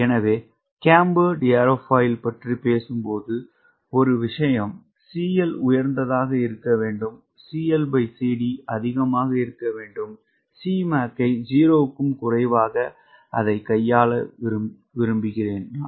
எனவே cambered aerofoil பற்றி பேசும்போது ஒரு விஷயம் CL உயர்ந்ததாக இருக்க வேண்டும் CLCD அதிகமாக இருக்க வேண்டும் Cmac ஐ 0 க்கும் குறைவாக அதை கையாள விரும்புகிறேன் நான்